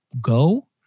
go